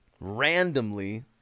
randomly